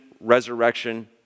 resurrection